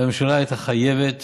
והממשלה הייתה חייבת